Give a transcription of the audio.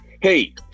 Hey